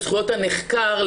לזכויות הנחקר.